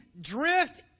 drift